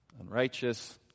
unrighteous